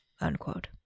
unquote